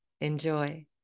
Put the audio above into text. Enjoy